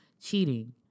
cheating